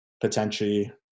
potentially